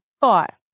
thought